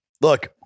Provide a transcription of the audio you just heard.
Look